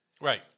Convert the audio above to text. Right